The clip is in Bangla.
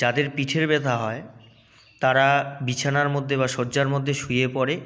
যাদের পিঠের ব্যথা হয় তারা বিছানার মধ্যে বা শয্যার মধ্যে শুয়ে পড়ে